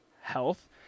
health